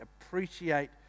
Appreciate